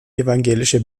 evangelische